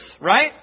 Right